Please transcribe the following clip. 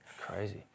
Crazy